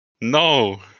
No